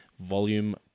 Volume